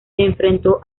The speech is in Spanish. enfrentó